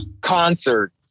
concert